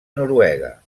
noruega